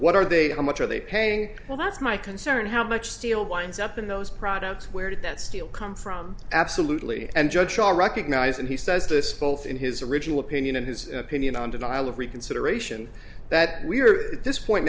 what are they how much are they paying well that's my concern how much steel winds up in those products where did that steel come from absolutely and judge shot recognize and he says this fulfilled his original opinion and his opinion on denial of reconsideration that we're at this point